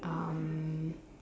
um